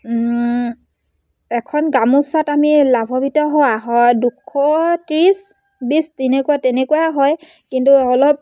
এখন গামোচাত আমি লাভৱিত হোৱা হয় দুশ ত্ৰিছ বিছ তেনেকুৱা তেনেকুৱা হয় কিন্তু অলপ